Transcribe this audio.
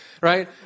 Right